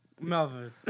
Melvin